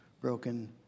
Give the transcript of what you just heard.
broken